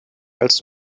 als